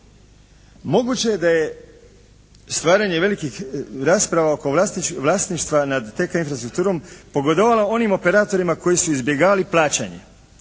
Moguće je da je stvaranje velikih rasprava oko vlasništva nad TK infrastrukturom pogodovala onim operatorima koji su izbjegavali plaćanje.